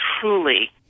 truly